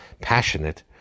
passionate